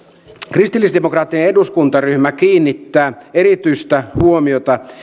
kristillisdemokraattinen eduskuntaryhmä kiinnittää erityistä huomiota